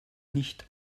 nicht